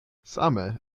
same